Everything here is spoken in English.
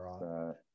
right